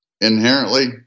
inherently